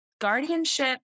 guardianship